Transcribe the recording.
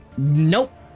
Nope